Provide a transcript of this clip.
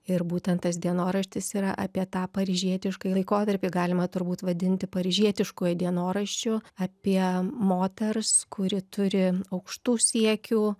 ir būtent tas dienoraštis yra apie tą paryžietiškai laikotarpį galima turbūt vadinti paryžietiškuoju dienoraščiu apie moters kuri turi aukštų siekių